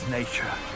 nature